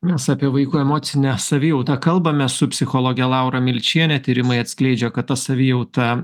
mes apie vaikų emocinę savijautą kalbame su psichologe laura milčiene tyrimai atskleidžia kad ta savijauta